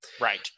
Right